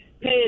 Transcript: pay